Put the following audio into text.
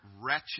wretched